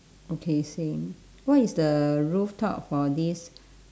okay same what is the rooftop for this